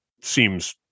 seems